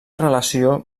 relació